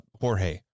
Jorge